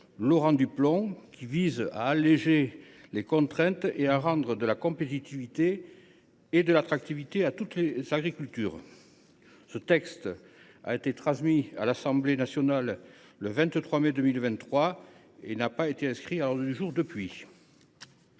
Laurent Duplomb, qui vise à alléger les contraintes et à rétablir la compétitivité et l’attractivité de toutes les agricultures. Ce texte, pourtant transmis à l’Assemblée nationale le 23 mai 2023, n’a pas encore été inscrit à l’ordre du jour de